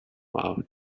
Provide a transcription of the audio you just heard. while